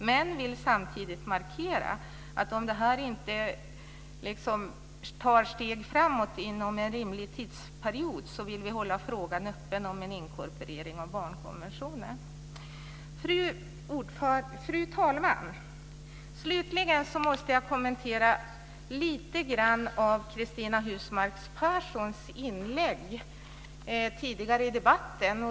Men vi vill samtidigt markera att om arbetet inte tar steg framåt inom en rimlig tidsperiod vill vi hålla frågan öppen om en inkorporering av barnkonventionen. Fru talman! Slutligen måste jag kommentera lite grann av Cristina Husmark Pehrssons inlägg tidigare i debatten.